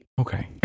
Okay